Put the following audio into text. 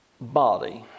body